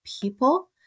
people